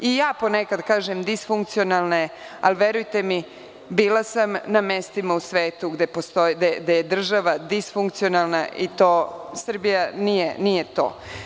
I ja po nekad kažem disfunkcionalne, ali verujte mi bila sam na mestima u svetu gde je država disfunkcionalna, i Srbija nije to.